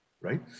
right